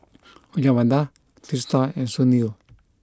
Uyyalawada Teesta and Sunil